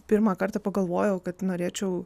pirmą kartą pagalvojau kad norėčiau